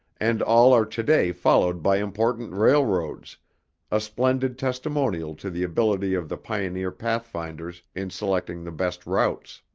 and all are today followed by important railroads a splendid testimonial to the ability of the pioneer pathfinders in selecting the best routes.